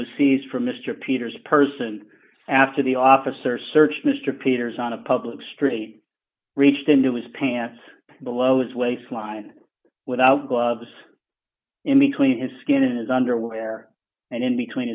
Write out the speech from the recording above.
was seized from mr peters person after the officer searched mr peters on a public street reached into his pants below as waist line without gloves in between his skin and his underwear and in between